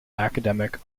academic